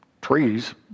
trees